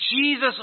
Jesus